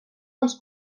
dels